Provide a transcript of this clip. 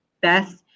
best